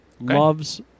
Loves